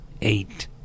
eight